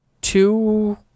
Two